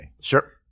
Sure